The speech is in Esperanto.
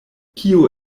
kio